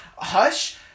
Hush